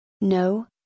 No